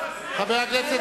חבר הכנסת